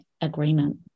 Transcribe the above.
agreement